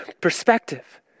perspective